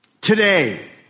today